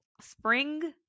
Spring